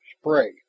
spray